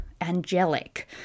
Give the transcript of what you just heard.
angelic